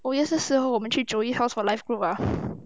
oh ya 是时候我们去 joey house for life group ah